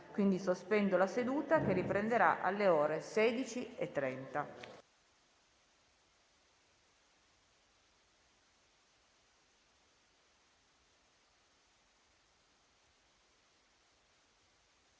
Sospendo la seduta, che riprenderà alle ore 16,30